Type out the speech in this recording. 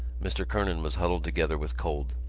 mr. kernan was huddled together with cold.